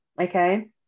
okay